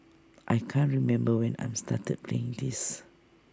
I can't remember when I started playing this